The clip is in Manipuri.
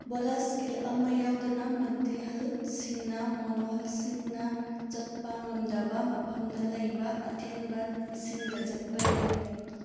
ꯕꯣꯜꯂꯁ ꯀꯤꯜ ꯑꯃ ꯌꯥꯎꯗꯅ ꯃꯜꯇꯤꯍꯜꯁꯤꯡꯅ ꯃꯣꯅꯣꯍꯜꯁꯤꯡꯅ ꯆꯠꯄ ꯉꯝꯗꯕ ꯃꯐꯝꯗ ꯂꯩꯕ ꯑꯊꯦꯟꯕ ꯏꯁꯤꯡꯗ ꯆꯠꯄ ꯌꯥꯏ